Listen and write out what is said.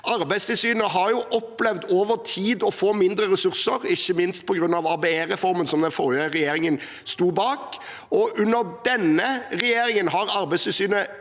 Arbeidstilsynet har over tid opplevd å få mindre ressurser, ikke minst på grunn av ABE-reformen, som den forrige regjeringen sto bak. Under denne regjeringen har Arbeidstilsynet